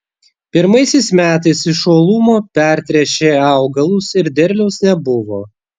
pirmaisiais metais iš uolumo pertręšė augalus ir derliaus nebuvo